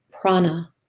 prana